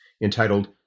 entitled